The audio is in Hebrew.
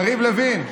יריב לוין,